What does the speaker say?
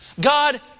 God